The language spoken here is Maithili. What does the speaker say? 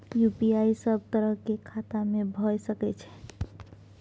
यु.पी.आई सब तरह के खाता में भय सके छै?